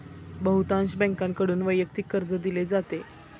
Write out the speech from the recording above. बहुतांश बँकांकडून वैयक्तिक कर्ज दिले जाते